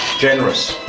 generous,